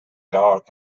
dark